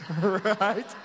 Right